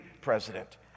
president